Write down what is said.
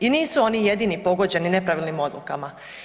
I nisu oni jedini pogođeni nepravilnim odlukama.